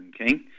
okay